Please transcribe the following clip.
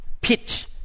pitch